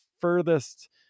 furthest